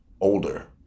older